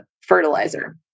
fertilizer